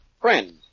Friend